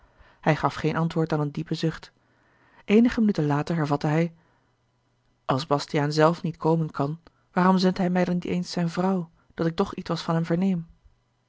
hij gaf geen antwoord dan een diepen zucht eenige minuten later hervatte hij als bastiaan zelf niet komen kan waarom zendt hij mij dan niet eens zijne vrouw dat ik toch ietwes van hem verneem